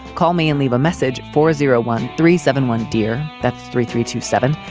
call me and leave a message for zero one three seven one. dear, that's three three two seven.